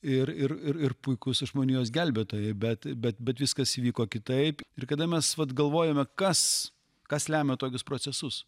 ir ir ir puikus žmonijos gelbėtojai bet bet viskas įvyko kitaip ir kada mes vat galvojome kas kas lemia tokius procesus